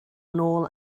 nôl